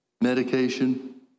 medication